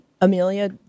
Amelia